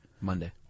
Monday